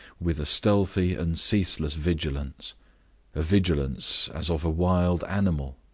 with a stealthy and ceaseless vigilance a vigilance as of a wild animal,